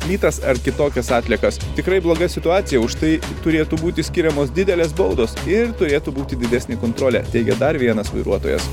plytas ar kitokias atliekas tikrai bloga situacija už tai turėtų būti skiriamos didelės baudos ir turėtų būti didesnė kontrolė teigė dar vienas vairuotojas